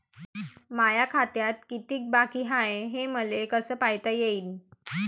माया खात्यात कितीक बाकी हाय, हे मले कस पायता येईन?